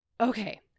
Okay